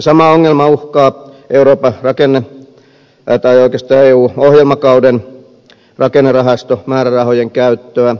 sama ongelma uhkaa euroopan eu ohjelmakauden rakennerahastomäärärahojen käyttöä